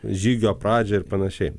žygio pradžią ir panašiai